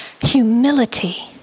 Humility